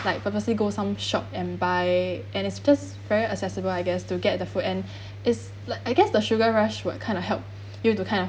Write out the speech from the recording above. like purposely go some shop and buy and it's just very accessible I guess to get the food and it's like I guess the sugar rush would kind of help you have to kind of